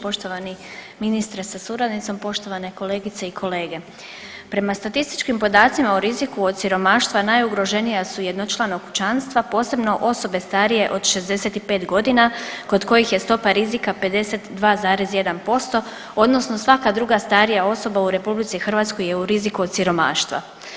Poštovani ministre sa suradnicom, poštovane kolegice i kolege, prema statističkim podacima o riziku od siromaštva najugroženija su jednočlana kućanstva posebno osobe starije od 65 godina kod kojih je stopa rizika 52,1% odnosno svaka druga starija osoba u RH je u riziku od siromaštva.